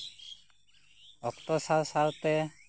ᱚᱠᱛᱚ ᱥᱟᱶ ᱥᱟᱶᱛᱮ